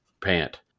pant